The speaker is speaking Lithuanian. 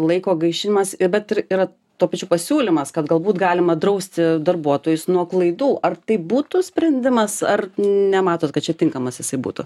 laiko gaišimas bet ir yra tuo pačiu pasiūlymas kad galbūt galima drausti darbuotojus nuo klaidų ar tai būtų sprendimas ar nematot kad čia tinkamas jisai būtų